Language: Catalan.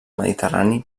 mediterrani